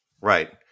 Right